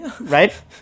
Right